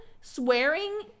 swearing